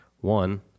One